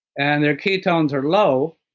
and their ketones are low,